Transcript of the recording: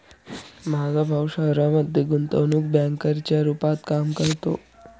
माझा भाऊ शहरामध्ये गुंतवणूक बँकर च्या रूपात काम करतो